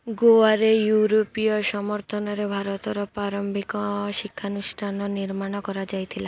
ଗୋଆରେ ୟୁରୋପୀୟ ସମର୍ଥନରେ ଭାରତର ପ୍ରାରମ୍ଭିକ ଶିକ୍ଷାନୁଷ୍ଠାନ ନିର୍ମାଣ କରାଯାଇଥିଲା